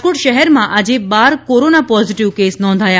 રાજકોટ શહેરમાં આજે બાર કોરોના પોઝિટિવ કેસ નોંધાયા